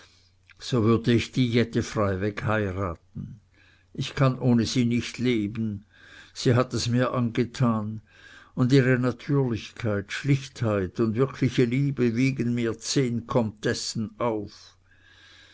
so würd ich die jette freiweg heiraten ich kann ohne sie nicht leben sie hat es mir angetan und ihre natürlichkeit schlichtheit und wirkliche liebe wiegen mir zehn komtessen auf